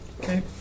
Okay